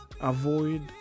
avoid